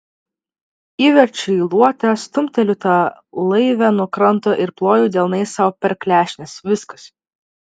įverčiu į luotą stumteliu tą laivę nuo kranto ir ploju delnais sau per klešnes viskas